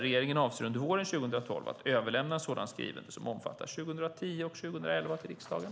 Regeringen avser att under våren 2012 överlämna en sådan skrivelse som omfattar 2010 och 2011 till riksdagen.